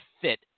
fit